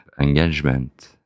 engagement